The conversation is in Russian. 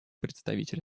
представитель